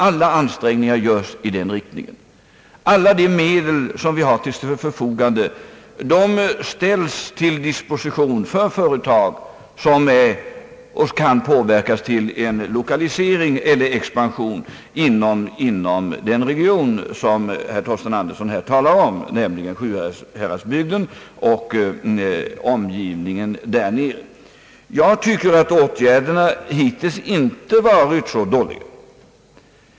Alla ansträngningar görs i den riktningen — alla medel vi förfogar över ställs till disposition för de företag som kan påverkas till en lokalisering eller expansion i Sjuhäradsbygden och dess omgivningar. Jag tycker att åtgärderna hittills inte varit så dåliga.